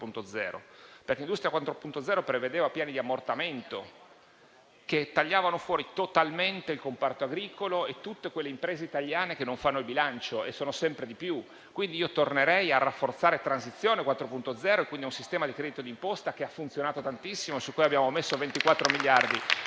4.0. Industria 4.0 prevedeva piani di ammortamento che tagliavano fuori totalmente il comparto agricolo e tutte le imprese italiane che non fanno il bilancio, che sono sempre di più. Io tornerei a rafforzare Transizione 4.0, cioè un sistema di credito d'imposta che ha funzionato tantissimo e su cui abbiamo messo 24 miliardi.